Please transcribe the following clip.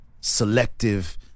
selective